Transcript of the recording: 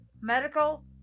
medical